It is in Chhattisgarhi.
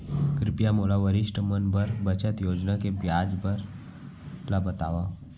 कृपया मोला वरिष्ठ मन बर बचत योजना के ब्याज दर ला बतावव